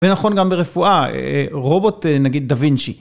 ונכון גם ברפואה, רובוט נגיד דה וינצ'י.